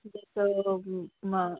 तसं म